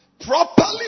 Properly